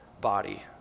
body